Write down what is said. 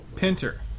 Pinter